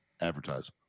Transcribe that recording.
advertise